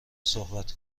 صحبت